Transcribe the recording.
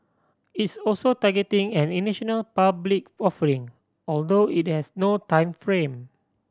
it's also targeting an initial public offering although it has no time frame